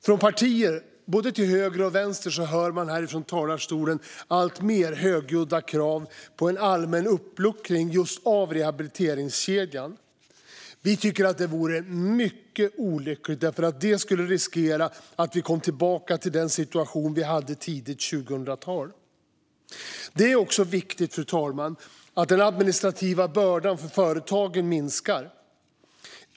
Från partier både till höger och till vänster hör man här från talarstolen alltmer högljudda krav på en allmän uppluckring just av rehabiliteringskedjan. Vi tycker att det vore mycket olyckligt. Det skulle riskera att vi skulle komma tillbaka till den situation som vi hade i början av 2000-talet. Fru talman! Det är också viktigt att den administrativa bördan för företagen minskar.